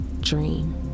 Dream